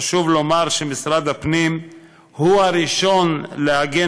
חשוב לומר שמשרד הפנים הוא הראשון להגן